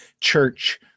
church